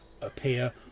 appear